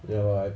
ya